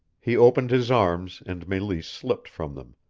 he opened his arms and meleese slipped from them,